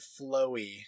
flowy